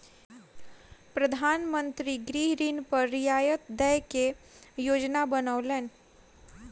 प्रधान मंत्री गृह ऋण पर रियायत दय के योजना बनौलैन